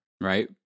right